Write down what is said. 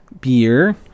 beer